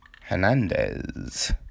Hernandez